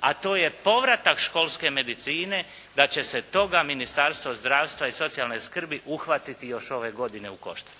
a to je povratak školske medicine, da će se toga Ministarstvo zdravstva i socijalne skrbi uhvatiti još ove godine u koštac.